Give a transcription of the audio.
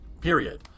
period